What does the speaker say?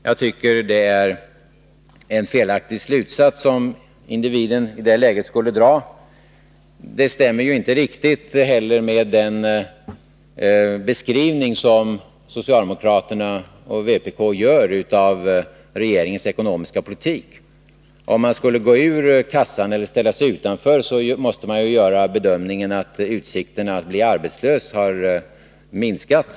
Jag tycker att personerna i fråga i det läget drar en felaktig slutsats. Det stämmer ju inte heller riktigt med den beskrivning som socialdemokraterna och vpk gör av regeringens ekonomiska politik. Skulle vederbörande ställa sig utanför kassan, måste vederbörande ha gjort bedömningen att utsikterna att bli arbetslös har minskat.